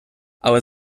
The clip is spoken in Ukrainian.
але